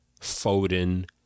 Foden